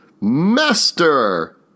Master